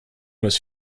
was